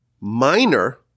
minor